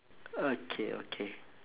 okay okay